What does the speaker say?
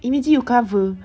imagine you cover